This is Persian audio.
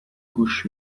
گوش